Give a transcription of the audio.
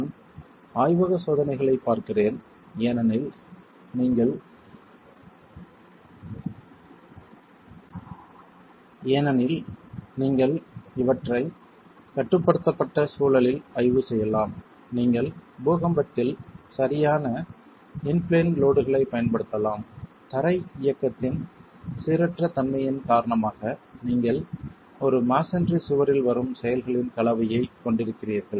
நான் ஆய்வக சோதனைகளைப் பார்க்கிறேன் ஏனெனில் நீங்கள் இவற்றை கட்டுப்படுத்தப்பட்ட சூழலில் ஆய்வு செய்யலாம் நீங்கள் பூகம்பத்தில் சரியான இன் பிளேன் லோட்களைப் பயன்படுத்தலாம் தரை இயக்கத்தின் சீரற்ற தன்மையின் காரணமாக நீங்கள் ஒரு மஸோன்றி சுவரில் வரும் செயல்களின் கலவையைக் கொண்டிருக்கிறீர்கள்